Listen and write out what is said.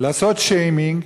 לעשות שיימינג,